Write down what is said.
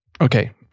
Okay